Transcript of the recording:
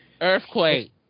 Earthquake